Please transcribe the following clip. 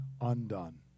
undone